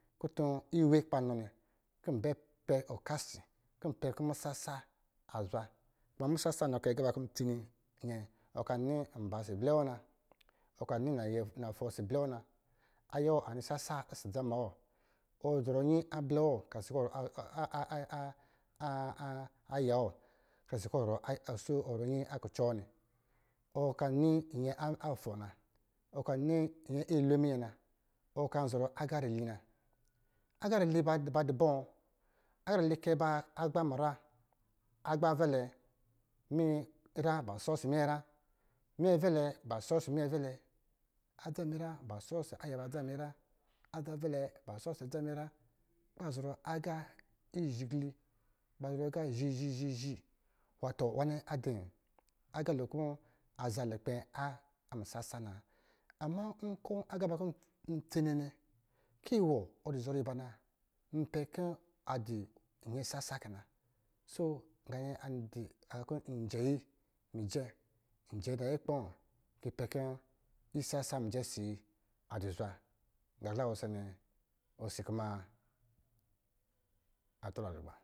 Kutu iwe kɔ̄ ba nɔ nnɛ, kɔ̄ nbɛ pɛ okasi kɔ̄ pɛ kɔ masasa adɔ̄ zwa nɔ musasa kɛ agā ban kɔ̄ tsenennɛ ɔ ka nɔ nba ɔsɔ̄ blɛ wɔ na, ɔka nɔ na tɔ̄ ɔsɔ̄ blɛ wɔ na ayɛ wɔ anɔ sasa ɔsɔ̌ dza ma wɔ, ɔ zɔrɔ yi ya wɔ karisi kɔ̄ ɔ zɔrɔ nyi kucɔ wɔ nnɛ, ɔ ka ni nyɛ afɔ na, ɔ ka nɔ nyɛ ilwɛ minyɛ na, ɔ ka zɔrɔ aga ril, na, agā rilli ba dɔ bɔ? Agā rili kɛ ba agba minyra, agbavɛlɛ, minyra ba shɔ ɔsɔ̄ minyɛ, minyɛvɛlɛ ba shɔ ɔsɔ̄ minyɛvɛlɛ, adzaminyɛnyra ba shɔ ɔsɔ̄ ayɛ ba adza minyɛnyra adzavɛlɛ ba shɔ ɔsɔ̄ adzaminyɛnyra kɔ̄ ba zɔrɔ agā izhigli, bazɔrɔ agā zhi zhi-zhii wato na nnɛ adɔ̄ agālo kɔ̄ a za lukpɛ a musasa na, ama nkɔ̄ agaba kɔ̄ tsene nnɛ, kɔ̄ wɔ ɔ dɔ zɔrɔ ba na, npɛ kɔ̄ adɔ̄ nyɛ sasa kɛ na so ga nnɛ a so jɛ yi, jɛ nayɛ kpɔɔ kɔ̄ yi pɛ kɔ̄ isasa myɛ si yi dɔ̄ zwa gā kɔ̄ la wɔsɔ nnɛ osi a tɔlagba.